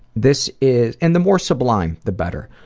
this is, and the more sublime the better.